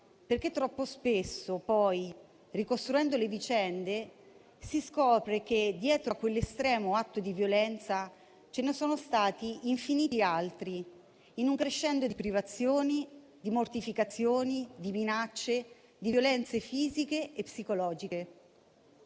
perché troppo spesso poi, ricostruendo le vicende, si scopre che dietro a quell'estremo atto di violenza ce ne sono stati infiniti altri, in un crescendo di privazioni, di mortificazioni, di minacce, di violenze fisiche e psicologiche.